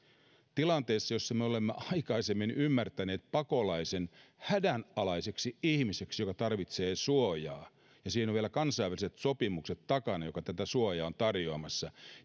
tilanteessa jossa me olemme aikaisemmin ymmärtäneet pakolaisen hädänalaiseksi ihmiseksi joka tarvitsee suojaa ja siinä ovat vielä kansainväliset sopimukset takana sillä joka tätä suojaa on tarjoamassa